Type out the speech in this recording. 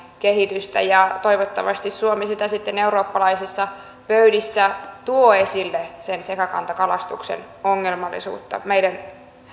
kehitystä toivottavasti suomi eurooppalaisissa pöydissä tuo sitten esille sekakantakalastuksen ongelmallisuutta meidän